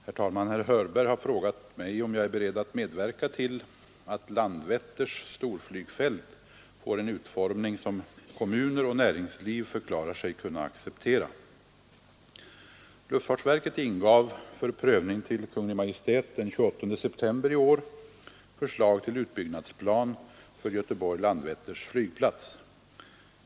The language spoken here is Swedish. Herr talman! Herr Hörberg har frågat mig om jag är beredd att medverka till att Landvetters storflygfält får en utformning som kommuner och näringsliv förklarar sig kunna acceptera. Luftfartsverket ingav för prövning till Kungl. Maj:t den 28 september i år förslag till utbyggnadsplan för Göteborg-Landvetters flygplats.